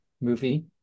movie